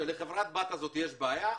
כשלחברת הבת הזאת יש בעיה,